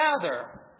gather